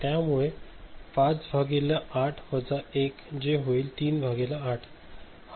त्या मुळे 5 भागिले 8 वजा 1 जे होईल 3 भागिले 8